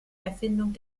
erfindung